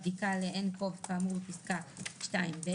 במדינה שהוגבלה היציאה אליה בתקנות לפי סעיף 7א(א)